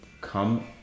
come